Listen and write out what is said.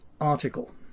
article